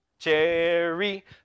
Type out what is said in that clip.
Cherry